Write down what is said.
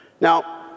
Now